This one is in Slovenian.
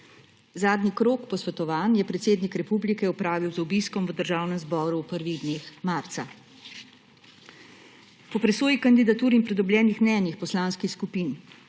Zadnji krog posvetovanj je predsednik republike opravil z obiskom v Državnem zboru v prvih dneh marca. Po presoji kandidatur in pridobljenih mnenjih poslanskih skupin,